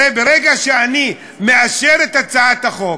הרי ברגע שאני מאשר את הצעת החוק,